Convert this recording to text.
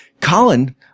Colin